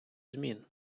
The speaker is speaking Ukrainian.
змін